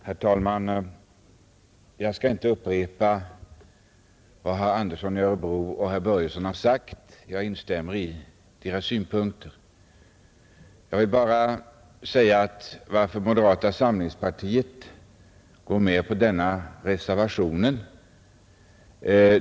Herr talman! Jag skall inte upprepa vad herrar Andersson i Örebro och Börjesson i Glömminge sagt — jag instämmer i deras synpunkter. Jag vill bara tala om varför moderata samlingspartiet gått med på denna reservation.